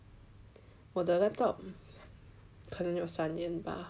我的 laptop 可能有三年吧